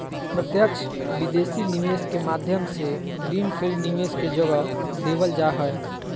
प्रत्यक्ष विदेशी निवेश के माध्यम से ग्रीन फील्ड निवेश के जगह देवल जा हय